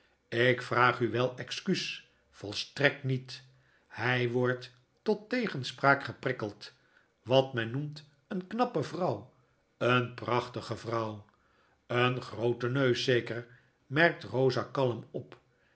ik vraag u wel excuus volstrekt niet hij wordt tot tegenspraak geprikkeld wat men noemt een knappe vrouw een prachtige vrouw een groote neus zeker merkt rosa kaim op